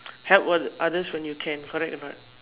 help all others when you can correct or not